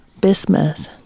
Bismuth